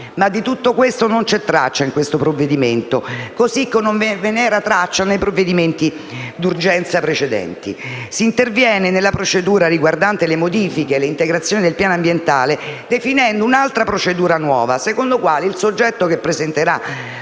Ma di tutto questo non vi è traccia nel provvedimento, così come non vi era traccia nei provvedimenti d'urgenza precedenti. Si interviene nella procedura riguardante le modifiche e le integrazioni al piano ambientale, definendo un'altra procedura nuova, secondo la quale il soggetto che presenterà